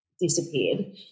disappeared